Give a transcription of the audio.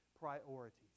priorities